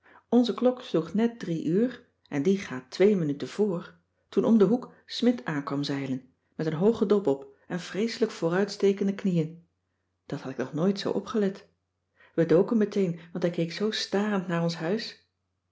onze klok sloeg net drie uur en die gaat twee minuten voor toen om den hoek smidt aan kwam zeilen met n hoogen dop op en vreeselijk vooruitstekende knieën dat had ik nog nooit zoo opgelet we doken meteen want hij keek zoo starend naar ons huis